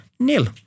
Nil